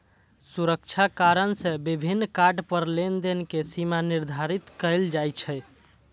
सुरक्षा कारण सं विभिन्न कार्ड पर लेनदेन के सीमा निर्धारित कैल जाइ छै